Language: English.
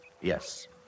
Yes